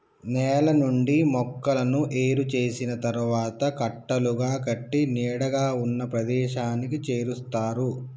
నేల నుండి మొక్కలను ఏరు చేసిన తరువాత కట్టలుగా కట్టి నీడగా ఉన్న ప్రదేశానికి చేరుస్తారు